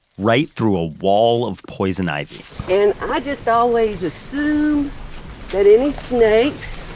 right through a wall of poison ivy and um i just always assume that any snakes